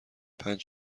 پنج